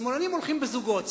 שמאלנים הולכים בזוגות.